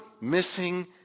missing